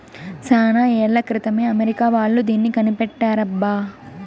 చానా ఏళ్ల క్రితమే అమెరికా వాళ్ళు దీన్ని కనిపెట్టారబ్బా